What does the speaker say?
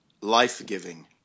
life-giving